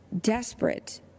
desperate